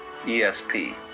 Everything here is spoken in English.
ESP